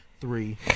three